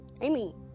Amy